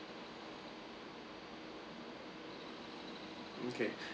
okay